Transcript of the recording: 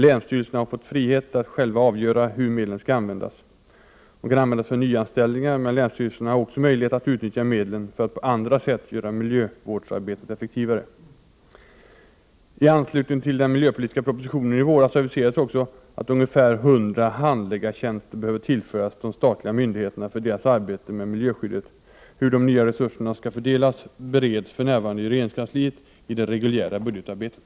Länsstyrelserna har fått frihet att själva avgöra hur medlen skall användas. De kan användas för nyanställningar, men länsstyrelserna har också möjligheter att utnyttja medlen för att på andra sätt göra miljövårdsarbetet effektivare. I anslutning till den miljöpolitiska propositionen i våras aviserades också att ungefär 100 handläggartjänster behöver tillföras de statliga myndigheterna för deras arbete med miljöskyddet. Hur de nya resurserna skall fördelas bereds för närvarande i regeringskansliet i det reguljära budgetarbetet.